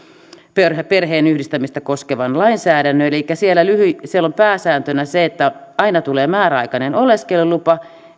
perheenyhdistämistä koskevan lainsäädännön elikkä siellä on pääsääntönä se että aina tulee määräaikainen oleskelulupa